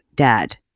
dad